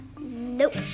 Nope